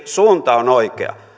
suunta on oikea